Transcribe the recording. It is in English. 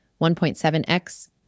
1.7x